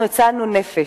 אנחנו הצלנו נפש,